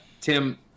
Tim